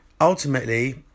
Ultimately